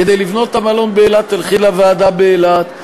כדי לבנות את המלון באילת תלכי לוועדה באילת,